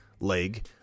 leg